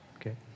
okay